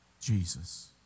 Jesus